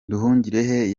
nduhungirehe